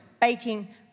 baking